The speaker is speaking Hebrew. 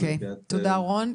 תודה, רון.